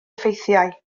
effeithiau